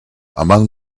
among